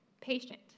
Patient